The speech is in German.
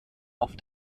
auf